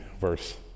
verse